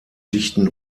dichten